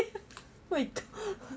wait